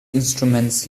instruments